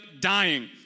dying